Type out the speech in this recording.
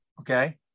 Okay